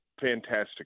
fantastic